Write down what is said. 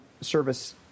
service